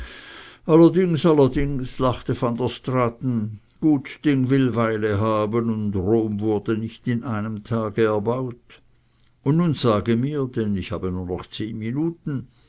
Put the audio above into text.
lachte van der straaten gut ding will weile haben und rom wurde nicht an einem tage gebaut und nun sage mir denn ich habe nur noch zehn minuten